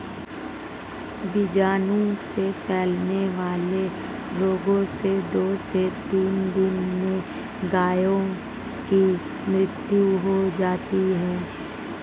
बीजाणु से फैलने वाले रोगों से दो से तीन दिन में गायों की मृत्यु हो जाती है